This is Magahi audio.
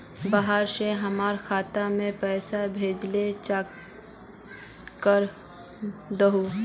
बाहर से हमरा खाता में पैसा भेजलके चेक कर दहु?